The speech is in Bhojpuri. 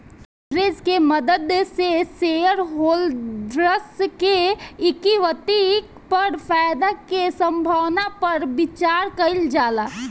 लेवरेज के मदद से शेयरहोल्डर्स के इक्विटी पर फायदा के संभावना पर विचार कइल जाला